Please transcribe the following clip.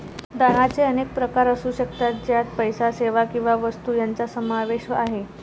दानाचे अनेक प्रकार असू शकतात, ज्यात पैसा, सेवा किंवा वस्तू यांचा समावेश आहे